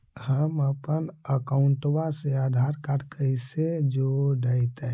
हमपन अकाउँटवा से आधार कार्ड से कइसे जोडैतै?